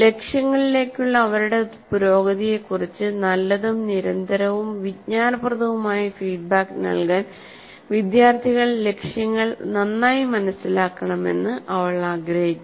ലക്ഷ്യങ്ങളിലേക്കുള്ള അവരുടെ പുരോഗതിയെക്കുറിച്ച് നല്ലതും നിരന്തരവും വിജ്ഞാനപ്രദവുമായ ഫീഡ്ബാക്ക് നൽകാൻ വിദ്യാർത്ഥികൾ ലക്ഷ്യങ്ങൾ നന്നായി മനസ്സിലാക്കണമെന്ന് അവൾ ആഗ്രഹിക്കുന്നു